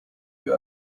you